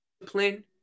discipline